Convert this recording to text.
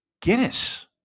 Guinness